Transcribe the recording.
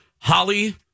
Holly